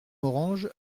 morange